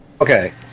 okay